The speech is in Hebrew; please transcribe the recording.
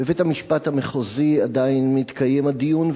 בבית-המשפט המחוזי עדיין מתקיים הדיון,